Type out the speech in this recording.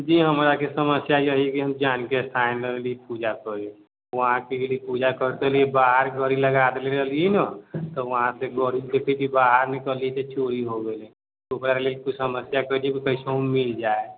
जी हमराके समस्या यहि है कि हम जानकीस्थान आएल रही पूजा करए लेल वहाँ पूजा करिते रहिऐ बाहर गाड़ी लगा देने रही ने तऽ वहाँसे गाड़ी देखएके बाहर निकललिये तऽ गाड़ी चोरी भए गेलै ओकरलिय किछु समस्या कए दियौ कि कैसेहुँ मिलि जाए